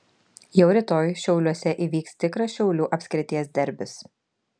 jau rytoj šiauliuose įvyks tikras šiaulių apskrities derbis